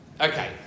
Okay